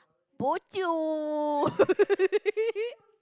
bo-jio